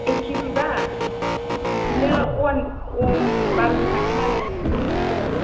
एक किजिबा बिदिनो अवान अम बारस' थांगोन आरो औ